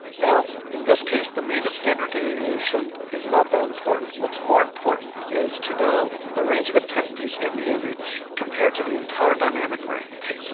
now in this case the mean and standard deviation is not that important. what's more important is to know the range of intensities in the image compared to the entire dynamic range.